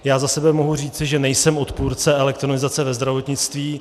Já za sebe mohu říci, že nejsem odpůrce elektronizace ve zdravotnictví.